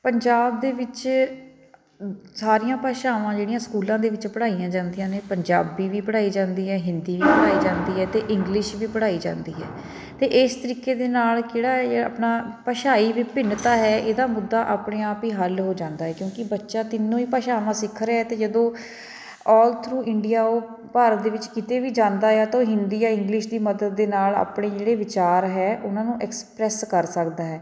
ਪੰਜਾਬ ਦੇ ਵਿੱਚ ਸਾਰੀਆਂ ਭਾਸ਼ਾਵਾਂ ਜਿਹੜੀਆਂ ਸਕੂਲਾਂ ਦੇ ਵਿੱਚ ਪੜ੍ਹਾਈਆਂ ਜਾਂਦੀਆਂ ਨੇ ਪੰਜਾਬੀ ਵੀ ਪੜ੍ਹਾਈ ਜਾਂਦੀ ਹੈ ਹਿੰਦੀ ਵੀ ਪੜ੍ਹਾਈ ਜਾਂਦੀ ਹੈ ਅਤੇ ਇੰਗਲਿਸ਼ ਵੀ ਪੜ੍ਹਾਈ ਜਾਂਦੀ ਹੈ ਅਤੇ ਇਸ ਤਰੀਕੇ ਦੇ ਨਾਲ ਕਿਹੜਾ ਆਪਣਾ ਭਾਸ਼ਾਈ ਵਿਭਿੰਨਤਾ ਹੈ ਇਹਦਾ ਮੁੱਦਾ ਆਪਣੇ ਆਪ ਹੀ ਹੱਲ ਹੋ ਜਾਂਦਾ ਕਿਉਂਕਿ ਬੱਚਾ ਤਿੰਨੋ ਹੀ ਭਾਸ਼ਾਵਾਂ ਸਿੱਖ ਰਿਹਾ ਅਤੇ ਜਦੋਂ ਔਲ ਥਰੂ ਇੰਡੀਆ ਉਹ ਭਾਰਤ ਦੇ ਵਿੱਚ ਕਿਤੇ ਵੀ ਜਾਂਦਾ ਏ ਆ ਤਾਂ ਉਹ ਹਿੰਦੀ ਆ ਇੰਗਲਿਸ਼ ਦੀ ਮਦਦ ਦੇ ਨਾਲ ਆਪਣੇ ਜਿਹੜੇ ਵਿਚਾਰ ਹੈ ਉਹਨਾਂ ਨੂੰ ਐਕਸਪ੍ਰੈਸ ਕਰ ਸਕਦਾ ਹੈ